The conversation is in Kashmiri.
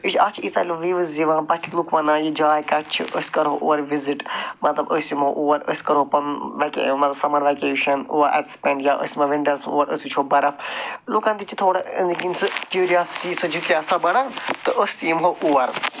بیٚیہِ اَتھ چھِ ییٖژاہ وِوٕز یِوان پَتہٕ چھِ لُکھ وَنان یہِ جاے کَتہِ چھِ أسۍ کرو اور وِزِٹ مطلب أسۍ یِمَو اور أسۍ کرو پَنُن مطلب سَمَر ویکیشَن اَتہِ سُپینٛڈ یا أسۍ یِمَو وِنٹٔرَس اور أسۍ وُچھو بَرف لُکن تہِ چھِ تھوڑا أنٛدرۍ کِنۍ سُہ کیٛوٗرِازٹی سُہ تہِ آسان بَڈان تہٕ أسۍ تہِ یِمہٕ ہو اور